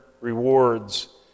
rewards